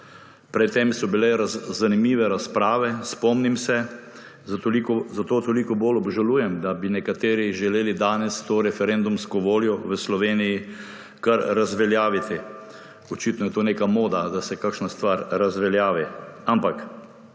Pred tem so bile zanimive razprave. Spomnim se, zato toliko bolj obžalujem, da bi nekateri želeli danes to referendumsko voljo v Sloveniji kar razveljaviti. Očitno je to neka moda, da se kakšna stvar razveljavi. Ampak